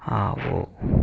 ఆవు